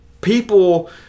people